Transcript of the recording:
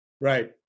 Right